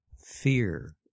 fear